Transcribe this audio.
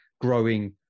growing